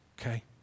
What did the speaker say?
okay